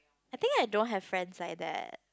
I think I don't have friends like that